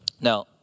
Now